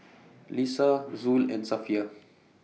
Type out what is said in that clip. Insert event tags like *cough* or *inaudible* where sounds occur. Lisa Zul and Safiya *noise*